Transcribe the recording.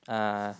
uh